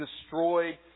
destroyed